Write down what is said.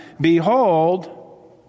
Behold